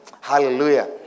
Hallelujah